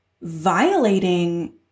violating